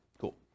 Cool